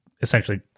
essentially